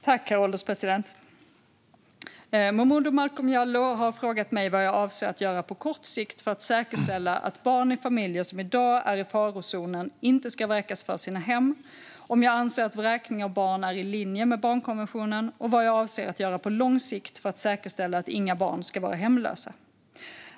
Herr ålderspresident! Momodou Malcolm Jallow har frågat mig vad jag avser att göra på kort sikt för att säkerställa att barn i familjer som i dag är i farozonen inte ska vräkas från sina hem, om jag anser att vräkning av barn är i linje med barnkonventionen och vad jag avser att göra på lång sikt för att säkerställa att inga barn ska vara hemlösa.